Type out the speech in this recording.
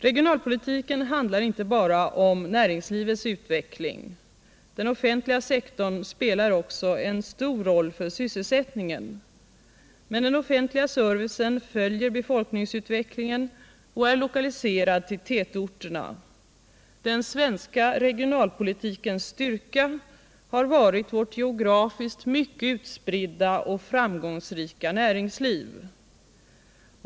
Regionalpolitiken handlar inte bara om näringslivets utveckling. Den offentliga sektorn spelar också en stor roll för sysselsättningen. Men den offentliga servicen följer befolkningsutvecklingen och är lokaliserad till tätorterna. Den svenska regionalpolitikens styrka har varit vårt geografiskt mycket utspridda och framgångsrika näringsliv.